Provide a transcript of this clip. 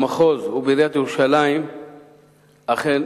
במחוז ובעיריית ירושלים אכן